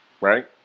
right